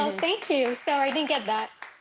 thank you, so i didn't get that.